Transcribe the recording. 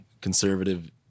conservative